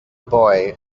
boy